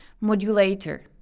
modulator